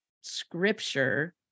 scripture